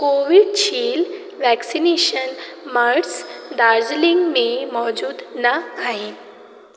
Covishield vaccination मकर्ज़ दार्ज़िलिंग में मौजूदु न आहिनि